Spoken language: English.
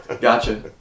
Gotcha